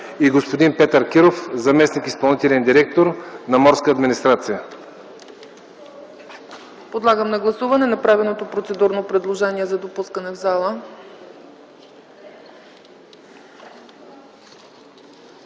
и господин Петър Киров – заместник-изпълнителен директор на Морска администрация.